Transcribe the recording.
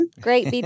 Great